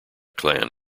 clan